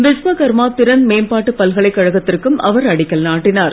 விஸ்வகர்மா திறன் மேம்பாட்டு பல்கலைக்கழகத்திற்கும் அவர் அடிக்கல் நாட்டினார்